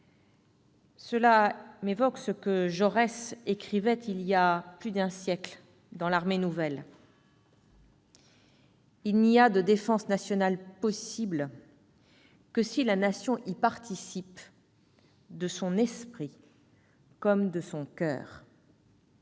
Cela m'évoque ce que Jean Jaurès écrivait voilà plus d'un siècle dans :« Il n'y a de défense nationale possible que si la Nation y participe de son esprit comme de son coeur ».